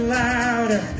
louder